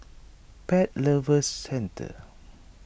Pet Lovers Centre